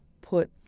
put